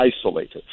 isolated